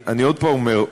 אני עוד פעם אומר,